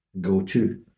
go-to